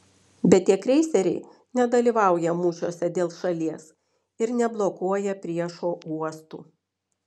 bet tie kreiseriai nedalyvauja mūšiuose dėl šalies ir neblokuoja priešo uostų